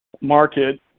market